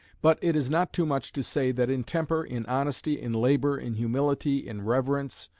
but it is not too much to say that in temper, in honesty, in labour, in humility, in reverence,